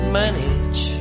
manage